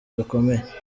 gakomeye